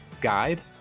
guide